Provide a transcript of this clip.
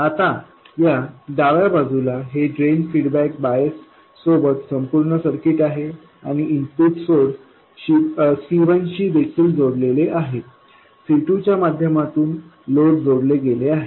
आता या डाव्या बाजूला हे ड्रेन फीडबॅक बायस सोबत संपूर्ण सर्किट आहे आणि इनपुट सोर्स C1 शी देखील जोडलेले आहे C2 च्या माध्यमातून लोड जोडले गेले आहे